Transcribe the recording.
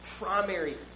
primary